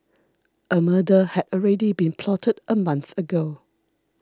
a murder had already been plotted a month ago